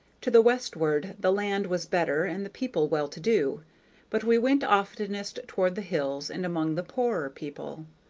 to the westward the land was better and the people well-to-do but we went oftenest toward the hills and among the poorer people.